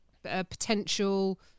potential